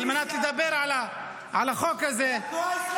-- על מנת לדבר על החוק הזה -- התנועה האסלאמית